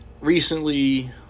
Recently